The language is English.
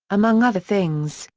among other things,